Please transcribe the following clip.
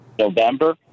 November